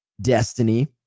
destiny